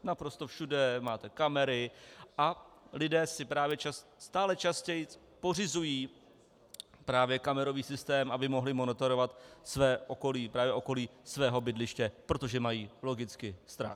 Naprosto všude máte kamery a lidé si stále častěji pořizují právě kamerový systém, aby mohli monitorovat své okolí, právě okolí svého bydliště, protože mají logicky strach.